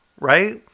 right